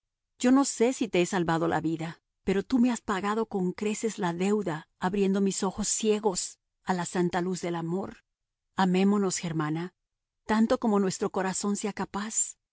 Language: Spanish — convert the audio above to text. yo no sé si te he salvado la vida pero tú me has pagado con creces la deuda abriendo mis ojos ciegos a la santa luz del amor amémonos germana tanto como nuestro corazón sea capaz